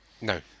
No